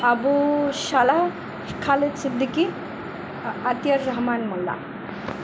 Abu Salah Khaled Siddiqui Atiar Rahman Molla